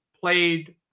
played